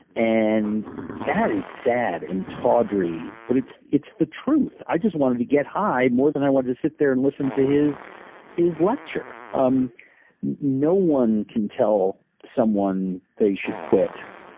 and that is sad and tawdry, but it's it's the truth. i just wanted to get high more than i wanted to sit there and listen to his his lecture. um no one can tell someone they should quit,